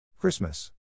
Christmas